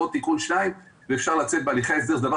ועוד תיקון או שניים ואפשר לצאת בהליכי הסדר זה הדבר